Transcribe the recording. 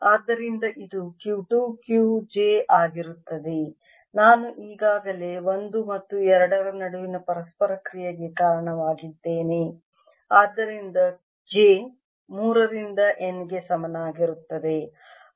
ಆದ್ದರಿಂದ ಇದು Q 2 Q j ಆಗಿರುತ್ತದೆ ನಾನು ಈಗಾಗಲೇ 1 ಮತ್ತು 2 ರ ನಡುವಿನ ಪರಸ್ಪರ ಕ್ರಿಯೆಗೆ ಕಾರಣವಾಗಿದ್ದೇನೆ ಆದ್ದರಿಂದ j 3 ರಿಂದ N ಗೆ ಸಮಾನವಾಗಿರುತ್ತದೆ